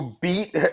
beat